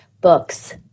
books